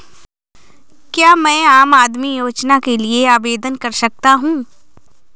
क्या मैं आम आदमी योजना के लिए आवेदन कर सकता हूँ?